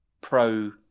pro